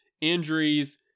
injuries